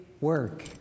work